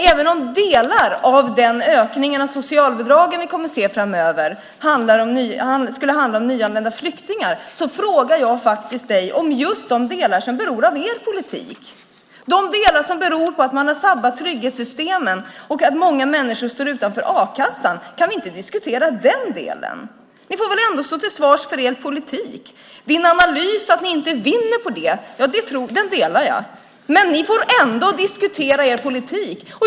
Även om delar av den ökning av socialbidragen vi kommer att se framöver skulle handla om nyanlända flyktingar frågar jag dig om just de delar som beror på er politik, de delar som beror på att man har sabbat trygghetssystemen och att många människor står utanför a-kassan. Kan vi inte diskutera den delen? Ni får väl ändå stå till svars för er politik! Din analys att ni inte vinner på det delar jag. Men ni får ändå diskutera er politik.